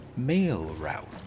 MailRoute